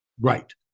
Right